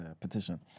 petition